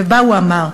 הוא אמר: